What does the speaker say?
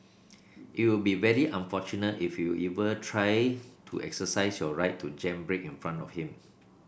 it will be very unfortunate if you ever try to exercise your right to jam brake in front of him